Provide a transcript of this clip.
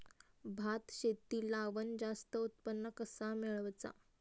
भात शेती लावण जास्त उत्पन्न कसा मेळवचा?